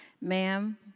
ma'am